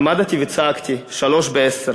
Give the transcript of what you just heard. עמדתי וצעקתי: "שלוש בעשר".